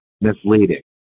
misleading